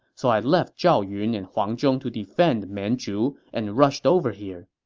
so i left zhao yun and huang zhong to defend mianzhu and rushed over here.